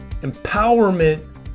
empowerment